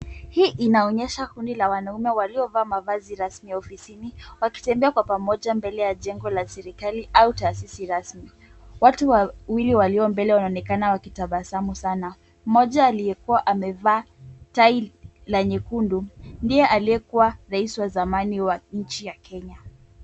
Hii inaonyesha kundi la wanaume waliovaa mavazi rasmi ya ofisini wakitembea kwa pamoja mbele ya jengo la serekali au taasisi rasmi. Watu wawili walio mbele wanaonekana wakitabasamu sana. Mmoja aliyekuwa amevaa tai la nyekundu, ndiye aliyekuwa rais wa zamani wa nchi ya Kenya.